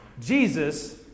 Jesus